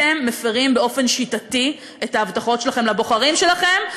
אתם מפרים באופן שיטתי את ההבטחות שלכם לבוחרים שלכם,